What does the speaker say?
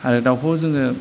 आरो दाउखौबो जोङो